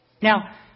Now